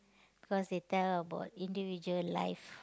because they tell about individual life